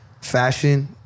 fashion